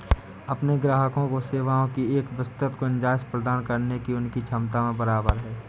अपने ग्राहकों को सेवाओं की एक विस्तृत गुंजाइश प्रदान करने की उनकी क्षमता में बराबर है